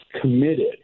committed